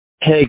Hey